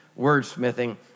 wordsmithing